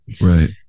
Right